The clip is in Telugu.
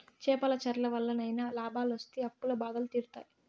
చేపల చెర్ల వల్లనైనా లాభాలొస్తి అప్పుల బాధలు తీరుతాయి